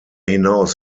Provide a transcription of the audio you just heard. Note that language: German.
hinaus